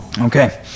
Okay